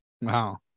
Wow